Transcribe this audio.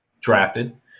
drafted